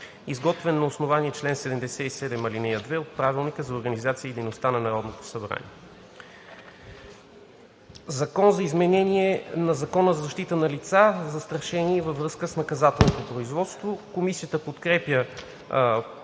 Изготвен на основание чл. 77, ал. 2 от Правилника за организацията и дейността на Народното събрание. „Закон за изменение на Закона за защита на лица, застрашени във връзка с наказателно производство“. Комисията подкрепя